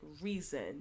reason